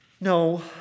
No